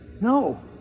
no